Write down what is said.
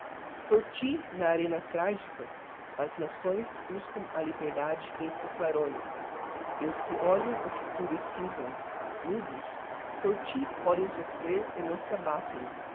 por ti na arena tragica as nações buscam a liberdade entre clarões e os que olham o futuro e scismam mudos por ti podem soffrer e não se abatem